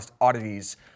Oddities